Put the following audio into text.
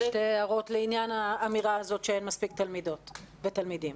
אני רוצה להעיר שתי הערות לעניין האמירה שאין מספיק תלמידות ותלמידים.